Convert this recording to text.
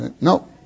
No